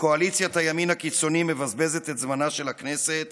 שקואליציית הימין הקיצוני מבזבזת את זמנה של הכנסת